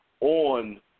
on